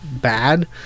bad